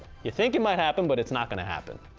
you think it might happen. but it's not gonna happen,